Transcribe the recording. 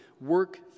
work